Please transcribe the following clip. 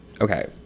Okay